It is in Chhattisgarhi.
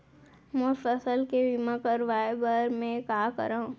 मोर फसल के बीमा करवाये बर में का करंव?